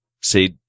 say